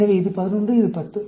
எனவே இது 11 இது 10